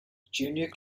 junior